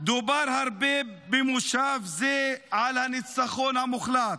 דובר הרבה במושב זה על הניצחון המוחלט: